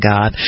God